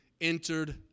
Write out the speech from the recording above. entered